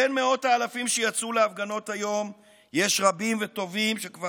בין מאות האלפים שיצאו להפגנות היום יש רבים וטובים שכבר